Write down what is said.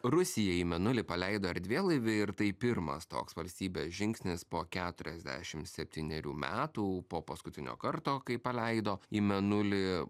rusija į mėnulį paleido erdvėlaivį ir tai pirmas toks valstybės žingsnis po keturiasdešim septynerių metų po paskutinio karto kai paleido į mėnulį